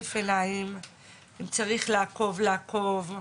אם צריך לעקוב לעקוב.